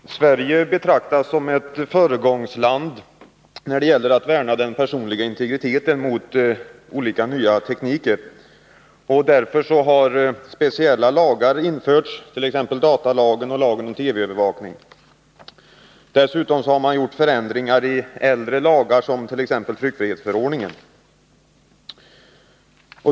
Herr talman! Sverige betraktas som ett föregångsland när det gäller att värna den personliga integriteten mot ny teknik. Därför här speciella lagar införts, t.ex. datalagen och lagen om TV-övervakning. Dessutom har förändringar gjorts i äldre lagar, som t.ex. tryckfrihetsförordningen.